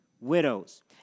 widows